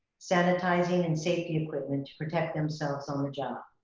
sanitizing and safety equipment to protect themselves on the job.